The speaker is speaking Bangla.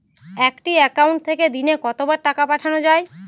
একটি একাউন্ট থেকে দিনে কতবার টাকা পাঠানো য়ায়?